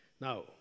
Now